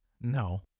No